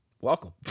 Welcome